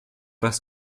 was